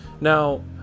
Now